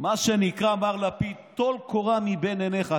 מה שנקרא, מר לפיד, טול קורה מבין עיניך.